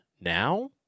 now